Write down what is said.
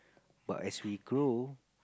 but as we grow